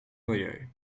milieu